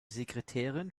sekretärin